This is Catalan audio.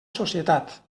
societat